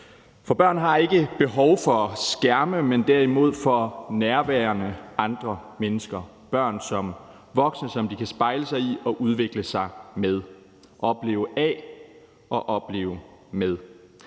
For børn har ikke behov for skærme, men derimod for andre mennesker, der er nærværende, børn såvel som vokse, som de kan spejle sig i og udvikle sig med, opleve af og opleve med,